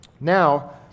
Now